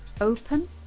open